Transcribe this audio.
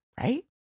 right